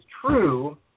true